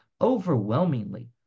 overwhelmingly